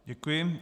Děkuji.